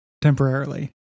temporarily